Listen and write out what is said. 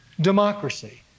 Democracy